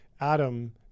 Adam